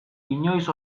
inoiz